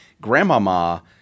Grandmama